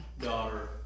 daughter